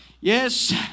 Yes